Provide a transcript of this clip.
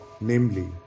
namely